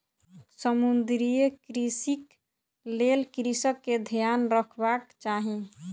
समुद्रीय कृषिक लेल कृषक के ध्यान रखबाक चाही